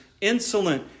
insolent